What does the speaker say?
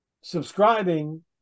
subscribing